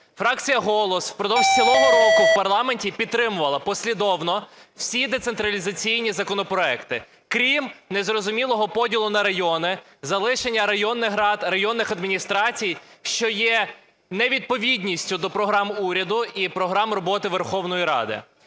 Фракція "Голос" впродовж цілого року в парламенті підтримувала послідовно всі децентралізаційні законопроекти, крім незрозумілого поділу на райони, залишення районних рад, районних адміністрацій, що є невідповідністю до програм уряду і програми роботи Верховної Ради.